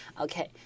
Okay